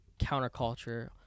counterculture